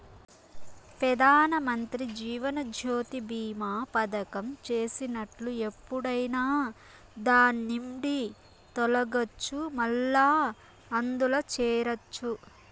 పెదానమంత్రి జీవనజ్యోతి బీమా పదకం చేసినట్లు ఎప్పుడైనా దాన్నిండి తొలగచ్చు, మల్లా అందుల చేరచ్చు